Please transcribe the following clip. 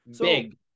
Big